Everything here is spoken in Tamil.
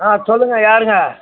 ஆ சொல்லுங்கள் யாருங்க